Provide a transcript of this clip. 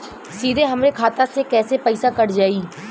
सीधे हमरे खाता से कैसे पईसा कट जाई?